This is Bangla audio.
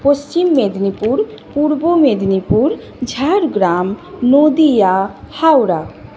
পশ্চিম মেদিনীপুর পূর্ব মেদিনীপুর ঝাড়গ্রাম নদিয়া হাওড়া